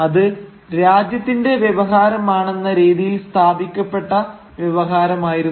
അത് രാജ്യത്തിന്റെ വ്യവഹാരമാണെന്ന രീതിയിൽ സ്ഥാപിക്കപ്പെട്ട വ്യവഹാരമായിരുന്നു